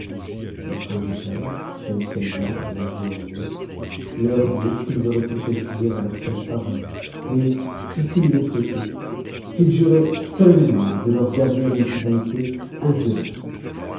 le prince de perse schémselnihar et le joaillier leur dirent qu'ils auraient pu se fier à leur seule parole mais puisqu'ils le souhaitaient qu'ils juraient solennellement de leur garder une sdélilé inviolable